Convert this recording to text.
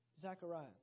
Zechariah